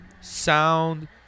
sound